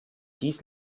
dies